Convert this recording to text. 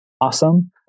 awesome